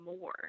more